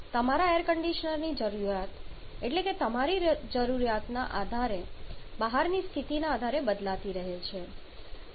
તમારા એર કંડિશનરની જરૂરિયાત એટલે કે તમારી જરૂરિયાતનનો આધાર બહારની સ્થિતિને આધારે બદલાતી રહે છે